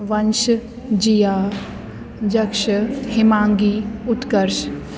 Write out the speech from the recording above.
वंश जिया जक्श हिमांगी उत्कर्ष